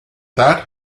that